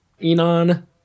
Enon